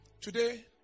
today